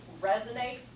resonate